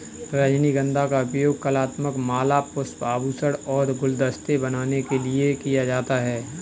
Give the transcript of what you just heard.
रजनीगंधा का उपयोग कलात्मक माला, पुष्प, आभूषण और गुलदस्ते बनाने के लिए किया जाता है